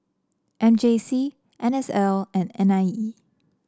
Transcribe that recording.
M J C N S L and N I E